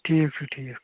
ٹھیٖک چھُ ٹھیٖک چھُ